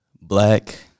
black